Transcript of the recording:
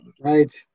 Right